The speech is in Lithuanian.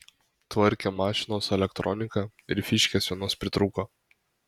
tvarkėm mašinos elektroniką ir fyškės vienos pritrūko